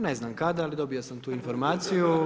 Ne znam kada, ali dobio sam tu informaciju.